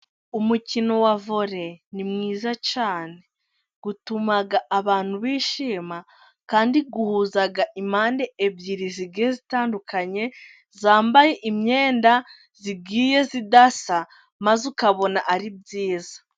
Umukino wa vore ni mwiza cyane. Utuma abantu bishima, kandi uhuza impande ebyiri zigiye zitandukanye, zambaye imyenda igiye idasa, maze ukabona ari byiza.